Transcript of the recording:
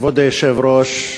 כבוד היושב-ראש,